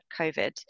COVID